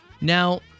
Now